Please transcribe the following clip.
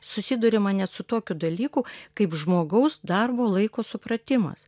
susiduriama net su tokiu dalyku kaip žmogaus darbo laiko supratimas